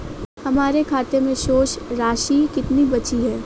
हमारे खाते में शेष राशि कितनी बची है?